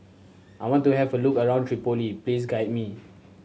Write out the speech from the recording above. I want to have a look around Tripoli please guide me